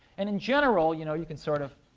and in general, you know, you can, sort of,